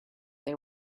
they